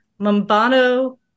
Mombano